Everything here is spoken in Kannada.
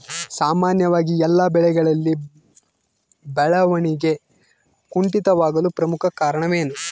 ಸಾಮಾನ್ಯವಾಗಿ ಎಲ್ಲ ಬೆಳೆಗಳಲ್ಲಿ ಬೆಳವಣಿಗೆ ಕುಂಠಿತವಾಗಲು ಪ್ರಮುಖ ಕಾರಣವೇನು?